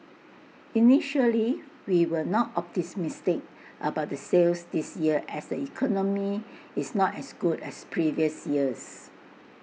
initially we were not optimistic about the sales this year as the economy is not as good as previous years